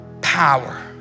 power